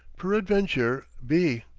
peradventure, be.